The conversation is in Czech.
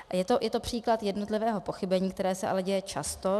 A je to příklad jednotlivého pochybení, které se ale děje často.